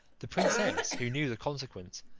the princess, who knew the consequence,